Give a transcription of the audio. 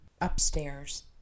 upstairs